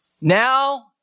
now